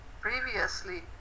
previously